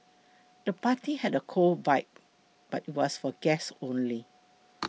the party had a cool vibe but was for guests only